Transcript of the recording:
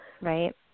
right